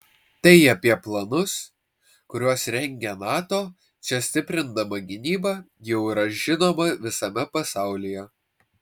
tai apie planus kuriuos rengia nato čia stiprindama gynybą jau yra žinoma visame pasaulyje